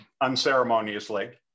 unceremoniously